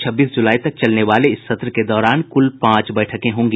छब्बीस जुलाई तक चलने वाले इस सत्र के दौरान कुल पांच बैठकें होंगी